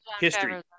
history